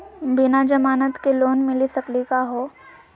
बिना जमानत के लोन मिली सकली का हो?